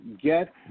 get